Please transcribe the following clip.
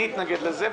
אני אתנגד לזה.